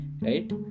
right